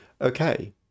Okay